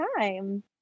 time